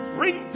bring